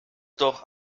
doch